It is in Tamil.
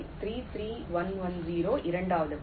3 3 1 1 0 இரண்டாவது பட்டியல்